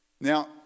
Now